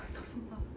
astagfirullah